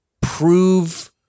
prove